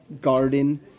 garden